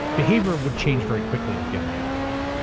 behavior would change very quickly if given the options.